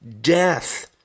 Death